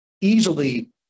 easily